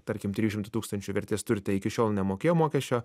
tarkim trijų šimtų tūkstančių vertės turte iki šiol nemokėjo mokesčio